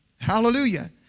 Hallelujah